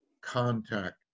contact